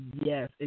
Yes